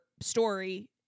story